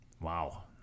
Wow